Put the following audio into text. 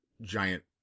giant